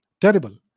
terrible